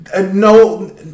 No